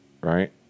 Right